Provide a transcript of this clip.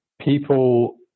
People